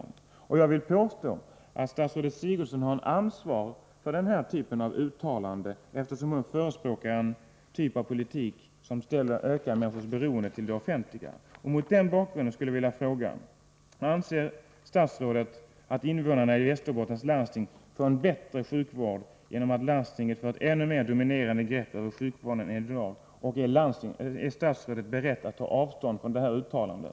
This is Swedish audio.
& jå E barns rätt till liv Jag vill påstå att Gertrud Sigurdsen har ett ansvar för den här typen av uttalanden, eftersom hon förespråkar en typ av politik som ökar människornas beroende av det offentliga. Mot den bakgrunden skulle jag vilja fråga: Anser statsrådet att invånarna i Västerbottens läns landsting får en bättre sjukvård genom att landstingen får ett ännu mer dominerande grepp än i dag, och är statsrådet beredd att ta avstånd från uttalandet?